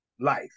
life